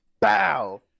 bow